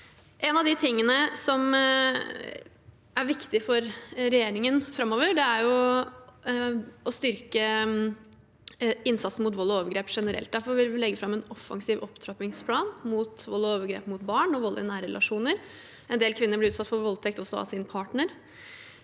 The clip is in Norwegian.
Noe av det som er viktig for regjeringen framover, er å styrke innsatsen mot vold og overgrep generelt. Derfor vil vi legge fram en offensiv opptrappingsplan mot vold og overgrep mot barn og vold i nære relasjoner. En del kvinner blir utsatt for voldtekt også av sin partner.